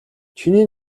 чиний